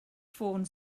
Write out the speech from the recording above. ffôn